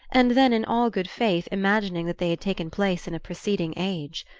and then, in all good faith, imagining that they had taken place in a preceding age.